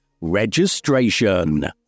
registration